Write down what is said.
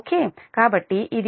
కాబట్టి ఇది magnitude 1∟0 p